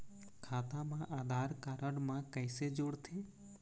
खाता मा आधार कारड मा कैसे जोड़थे?